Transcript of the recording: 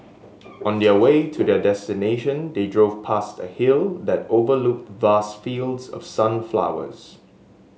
on their way to their destination they drove past a hill that overlooked vast fields of sunflowers